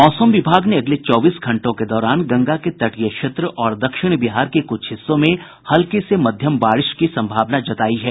मौसम विभाग ने अगले चौबीस घंटों के दौरान गंगा के तटीय क्षेत्र और दक्षिण बिहार के कुछ हिस्सों में हल्की से मध्यम बारिश की संभावना जतायी है